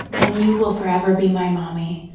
and you will forever be my mommy,